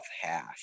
hash